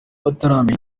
bataramenya